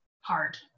hard